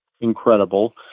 incredible